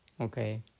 Okay